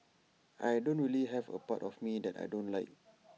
I don't really have A part of me that I don't like